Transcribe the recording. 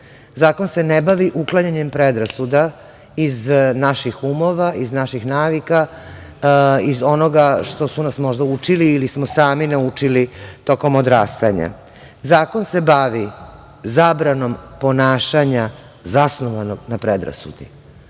Zakon se ne bavi uklanjanjem predrasuda iz naših umova, iz naših navika, iz onoga što su nas možda učili ili smo sami naučili tokom odrastanja. Zakon se bavi zabranom ponašanja zasnovanog na predrasudi.